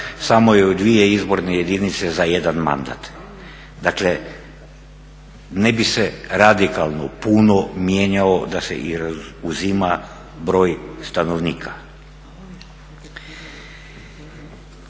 samo je u dvije izborne jedinice za jedan mandat. Dakle ne bi se radikalno puno mijenjao da se i uzima broj stanovnika.